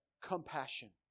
compassion